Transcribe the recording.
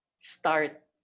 start